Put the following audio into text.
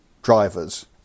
drivers